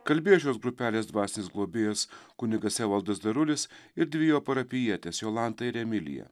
kalbėjo šios grupelės dvasinis globėjas kunigas evaldas darulis ir dvi jo parapijietės jolanta ir emilija